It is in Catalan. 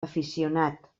aficionat